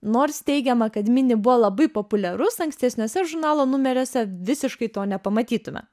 nors teigiama kad mini buvo labai populiarus ankstesniuose žurnalo numeriuose visiškai to nepamatytume